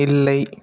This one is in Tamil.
இல்லை